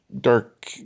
dark